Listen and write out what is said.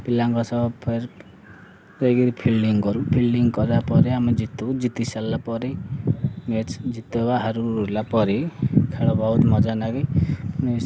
ପିଲାଙ୍କ ସହ ଫେର୍ ଯାଇକିରି ଫିଲ୍ଡିଙ୍ଗ କରୁ ଫିଲ୍ଡିଙ୍ଗ କଲା ପରେ ଆମେ ଜିତୁ ଜିତି ସାରିଲା ପରେ ମ୍ୟାଚ୍ ଜିତୁ ବା ହାରିଲାପରେ ଖେଳ ବହୁତ ମଜା ଲାଗେ